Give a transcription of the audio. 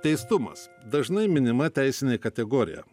teistumas dažnai minima teisinė kategorija